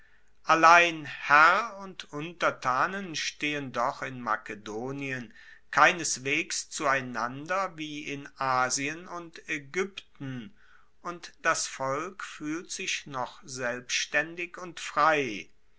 allein herr und untertanen stehen doch in makedonien keineswegs zueinander wie in asien und aegypten und das volk fuehlt sich noch selbstaendig und frei